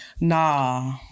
Nah